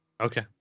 Okay